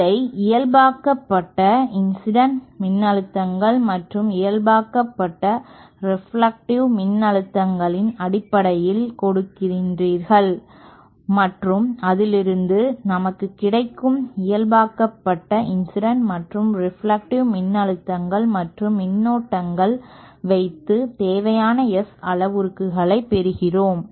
இதை இயல்பாக்கப்பட்ட இன்சிடென்ட் மின்னழுத்தங்கள் மற்றும் இயல்பாக்கப்பட்ட ரெப்லெக்டிவ் மின்னழுத்தங்களின் அடிப்படையில் கொடுக்கிறீர்கள் மற்றும் அதிலிருந்து நமக்கு கிடைக்கும் இயல்பாக்கப்பட்ட இன்சிடென்ட் மற்றும் ரெப்லெக்டிவ் மின்னழுத்தங்கள் மற்றும் மின்னோட்டங்களை வைத்து தேவையான S அளவுருக்களை பெறுகிறோம்